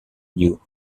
new